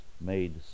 made